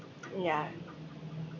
ya